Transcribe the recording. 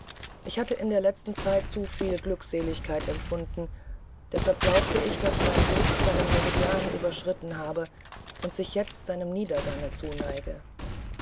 ich hatte in der letzen zeit zu viel glückseligkeit empfunden deshalb glaubte ich daß mein glück seinen meridian überschritten habe und sich jetzt seinem niedergange zuneige